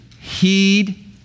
heed